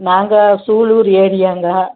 நாங்கள் சூலூர் ஏரியாங்க